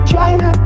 China